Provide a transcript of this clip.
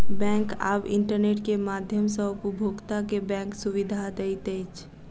bank आब internet के माध्यम सॅ उपभोगता के बैंक सुविधा दैत अछि